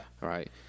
Right